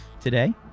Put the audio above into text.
today